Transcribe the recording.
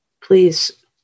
please